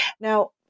Now